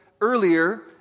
earlier